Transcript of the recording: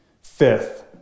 Fifth